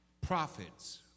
prophets